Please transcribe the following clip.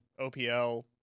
OPL